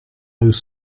już